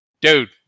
dude